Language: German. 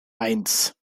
eins